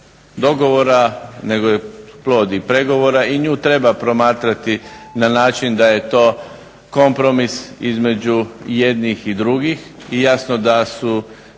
dogovora nego je plod i pregovora i nju treba promatrati na način da je to kompromis između jednih i drugih. I jasno da su